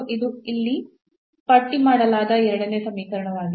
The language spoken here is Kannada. ಇದು ಅಲ್ಲಿ ಪಟ್ಟಿ ಮಾಡಲಾದ ಎರಡನೇ ಸಮೀಕರಣವಾಗಿದೆ